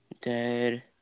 dead